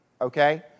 Okay